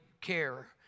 care